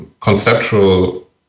conceptual